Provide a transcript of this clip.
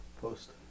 post